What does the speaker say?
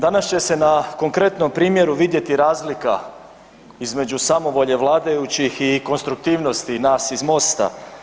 Danas će se na konkretnom primjeru vidjeti razlika između samovolje vladajućih i konstruktivnosti nas iz Mosta.